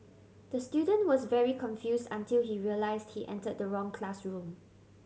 the student was very confuse until he realise he enter the wrong classroom